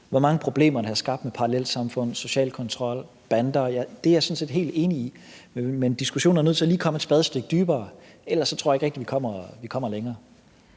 hvor mange problemer man har skabt med parallelsamfund, social kontrol, bander. Det er jeg sådan set helt enig i. Men diskussionen er nødt til lige at komme et spadestik dybere, ellers tror jeg ikke rigtig, vi kommer længere.